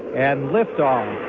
and liftoff.